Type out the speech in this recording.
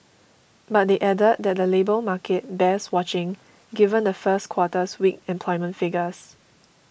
but they added that the labour market bears watching given the first quarter's weak employment figures